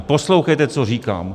Poslouchejte, co říkám!